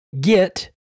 get